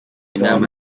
inama